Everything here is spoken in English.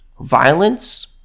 violence